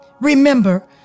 Remember